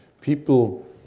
people